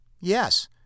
yes